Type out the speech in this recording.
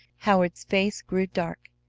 howard's face grew dark,